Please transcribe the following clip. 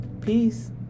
peace